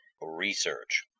research